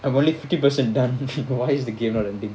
I'm only fifty percent done the game or anything